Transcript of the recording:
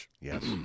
Yes